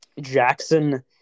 Jackson